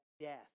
death